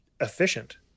efficient